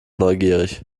neugierig